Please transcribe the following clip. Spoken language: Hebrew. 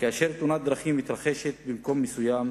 כאשר תאונת דרכים מתרחשת במקום מסוים,